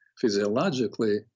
physiologically